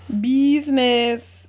business